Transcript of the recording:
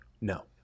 No